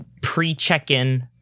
pre-check-in